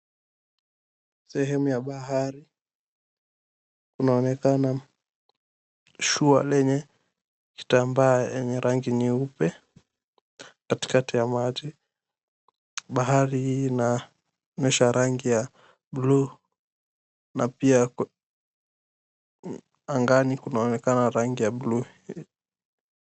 Sehemu ya bahari kunaonekana shua lenye kitambaa yenye rangi nyeupe katikati ya maji. Bahari hii inaonyesha rangi ya bluu na pia angani kunaonekana rangi ya bluu.